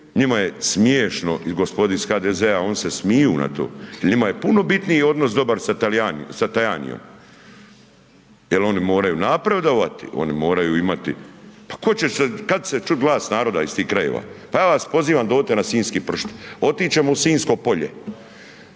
njima je smiješno i gospodi iz HDZ-a, oni se smiju na to jer njima je puno bitniji odnos dobar sa Tajanijem jer oni moraju napredovati, oni moraju imati, pa kad se čuo glas narod iz tih krajeva? Pa ja vas pozivam dođite na sinjski pršut, otić ćemo u Sinjsko polje,